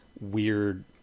weird